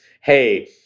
hey